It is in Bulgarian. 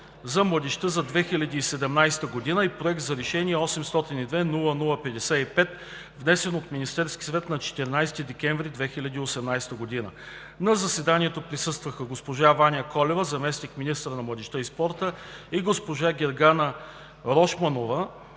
за младежта за 2017 г. и Проект на решение, № 802-00-55, внесен от Министерския съвет на 14 декември 2018 г. На заседанието присъстваха госпожа Ваня Колева – заместник-министър на младежта и спорта, и госпожа Гергана Рошманова.